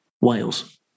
Wales